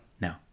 no